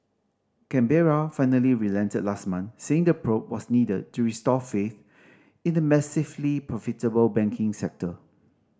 Canberra finally relented last month saying the probe was needed to restore faith in the massively profitable banking sector